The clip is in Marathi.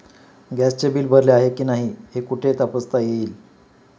गॅसचे बिल भरले आहे की नाही हे कुठे तपासता येईल?